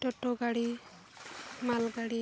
ᱴᱳᱴᱳ ᱜᱟᱹᱰᱤ ᱢᱟᱞ ᱜᱟᱹᱰᱤ